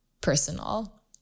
personal